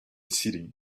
city